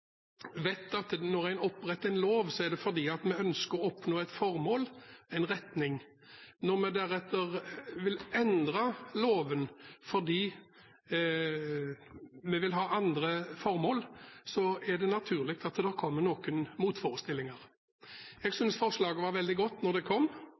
vet man at når man oppretter en lov, er det fordi man ønsker å oppnå et formål, en retning. Når vi deretter vil endre loven fordi vi vil ha andre formål, er det naturlig at det kommer noen motforestillinger. Jeg syntes forslaget var veldig godt da det kom,